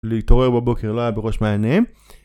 להתעורר בבוקר לא היה בראש מעיינהם